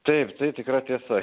taip tai tikra tiesa